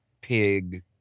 pig